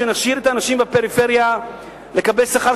שנשאיר את האנשים בפריפריה לקבל שכר